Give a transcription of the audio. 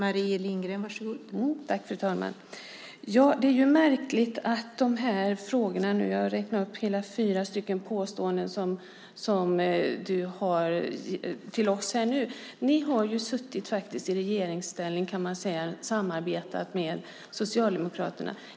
Fru talman! Jag räknar till hela fyra påståenden som Jan Lindholm riktar till oss, och jag tycker att det är märkligt. Ni har faktiskt suttit i regeringsställning, kan man säga, och samarbetat med Socialdemokraterna.